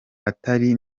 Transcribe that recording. atari